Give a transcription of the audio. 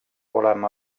olema